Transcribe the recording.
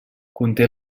conté